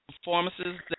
performances